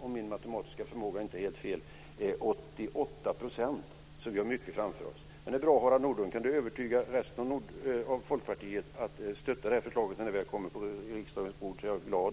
om min matematiska förmåga inte leder mig alldeles fel, 88 %. Vi har mycket framför oss. Jag är glad och tacksam om Harald Nordlund kan övertyga resten av Folkpartiet om att stötta det här förslaget när det väl kommer på riksdagens bord.